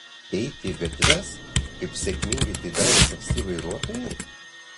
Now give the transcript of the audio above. eiti į gatves kaip sėkmingai tai darė taksi vairuotojai